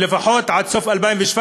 ולפחות עד סוף 2017